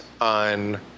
on